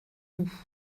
nous